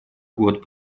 год